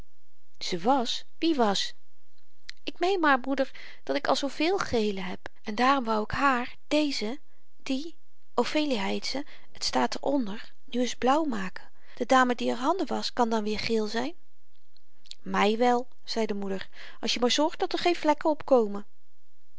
ze was wie was ik meen maar moeder dat ik al zoo veel gelen heb en daarom wou ik haar deze die ophelia heet ze t staat er onder nu eens blauw maken de dame die r handen wascht kan dan weer geel zyn my wel zei de moeder als je maar zorgt dat er geen vlekken op komen